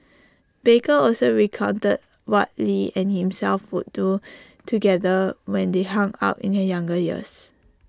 baker also recounted what lee and himself would do together when they hung out in he younger years